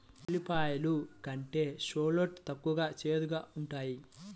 ఉల్లిపాయలు కంటే షాలోట్ తక్కువ చేదుగా ఉంటాయి